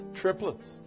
triplets